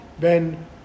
Ben